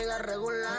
regular